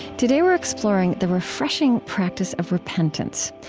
today we're exploring the refreshing practice of repentance.